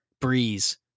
breeze